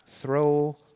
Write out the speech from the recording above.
throw